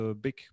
big